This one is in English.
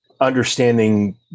understanding